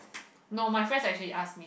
no my friends actually ask